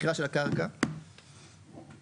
לוחות הזמנים שנקבעו פה למדינה,